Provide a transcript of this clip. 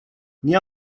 nie